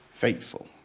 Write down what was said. faithful